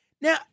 Now